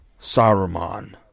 Saruman